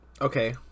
okay